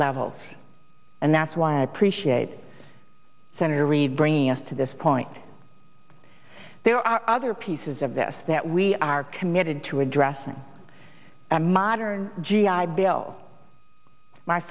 levels and that's why i appreciate senator reid bringing us to this point there are other pieces of this that we are committed to addressing a modern g i bill my